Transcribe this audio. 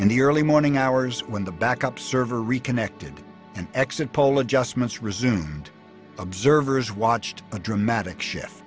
in the early morning hours when the backup server reconnected and exit polling just missed resumed observers watched a dramatic shift